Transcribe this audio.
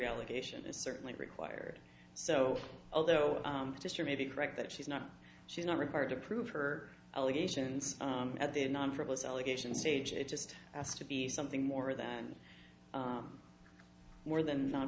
allegation is certainly required so although mr may be correct that she's not she's not required to prove her allegations at the non frivolous allegation stage it just has to be something more than more than non